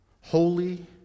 holy